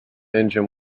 engine